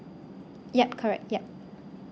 yup correct yup